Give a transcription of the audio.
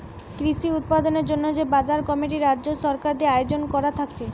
কৃষি উৎপাদনের জন্যে যে বাজার কমিটি রাজ্য সরকার দিয়ে আয়জন কোরা থাকছে